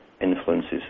influences